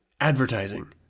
advertising